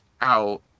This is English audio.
out